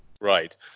right